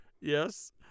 Yes